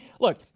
Look